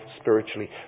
spiritually